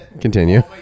Continue